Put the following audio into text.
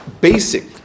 Basic